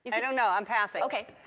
i don't know i'm passing. okay,